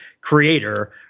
creator